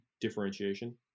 differentiation